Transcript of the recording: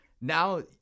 Now